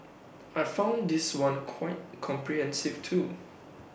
I found this one quite comprehensive too